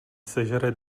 sežere